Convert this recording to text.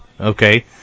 Okay